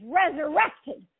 resurrected